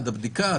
עד הבדיקה,